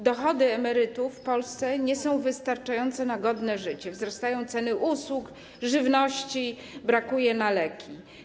Dochody emerytów w Polsce nie są wystarczające na godne życie, wzrastają ceny usług, żywności, brakuje na leki.